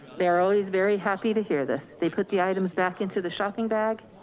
they are always very happy to hear this. they put the items back into the shopping bag.